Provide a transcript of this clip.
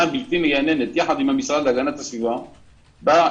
בלתי מייננת יחד עם המשרד להגנת הסביבה ברהט.